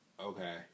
Okay